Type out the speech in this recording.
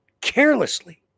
carelessly